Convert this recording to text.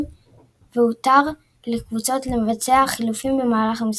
והותר לקבוצות לבצע חילופים במהלך המשחק.